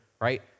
right